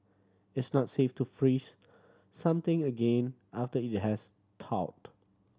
it's not safe to freeze something again after it has thawed